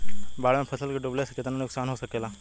बाढ़ मे फसल के डुबले से कितना नुकसान हो सकेला?